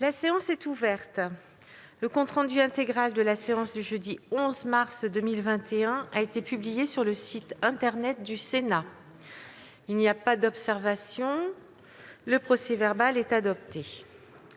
La séance est ouverte. Le compte rendu intégral de la séance du jeudi 11 mars 2021 a été publié sur le site internet du Sénat. Il n'y a pas d'observation ?... Le procès-verbal est adopté.